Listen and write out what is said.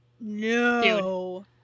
no